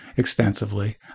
Extensively